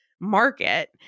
market